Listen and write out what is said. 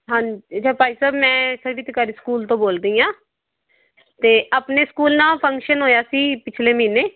ਹਾਂਜੀ ਅਤੇ ਭਾਈ ਸਾਹਿਬ ਮੈਂ ਸਰਵਹਿਤਕਰੀ ਸਕੂਲ ਤੋਂ ਬੋਲਦੀ ਹਾਂ ਅਤੇ ਆਪਣੇ ਸਕੂਲ ਨਾ ਫੰਕਸ਼ਨ ਹੋਇਆ ਸੀ ਪਿਛਲੇ ਮਹੀਨੇ